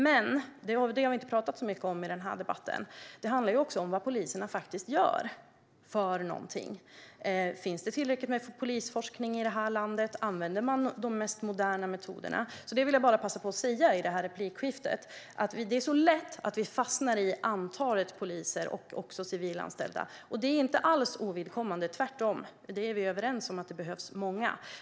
Men det handlar också om vad poliserna faktiskt gör. Det har vi inte talat så mycket om i den här debatten. Finns det tillräckligt med polisforskning i det här landet? Använder man de mest moderna metoderna? Det vill jag bara passa på att säga i det här replikskiftet. Det är lätt att vi fastnar i antalet poliser och även civilanställda. Det är inte alls ovidkommande; tvärtom är vi överens om att det behövs många.